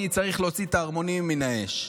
אני צריך להוציא את הערמונים מן האש.